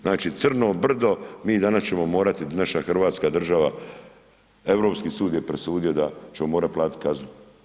Znači crno brdo, mi danas ćemo morati naša hrvatska država, Europski sud je presudio da ćemo morati platiti kaznu.